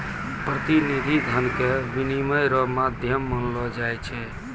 प्रतिनिधि धन के विनिमय रो माध्यम मानलो जाय छै